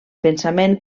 pensament